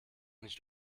nicht